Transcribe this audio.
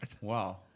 Wow